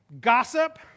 Gossip